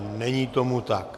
Není tomu tak.